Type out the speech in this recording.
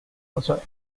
also